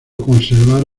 conservar